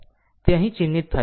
તે અહીં ચિહ્નિત થયેલ છે